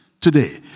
today